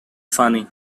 funny